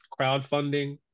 crowdfunding